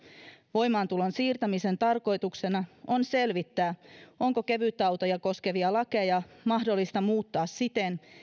voimaantulon siirtämisen tarkoituksena on selvittää onko kevytautoja koskevia lakeja mahdollista muuttaa siten